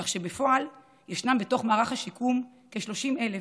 כך שבפועל יש בתוך מערך השיקום כ-30,000,